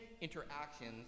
interactions